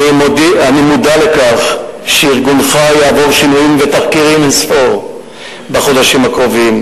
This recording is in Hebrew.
אני מודע לכך שארגונך יעבור שינויים ותחקירים אין-ספור בחודשים הקרובים,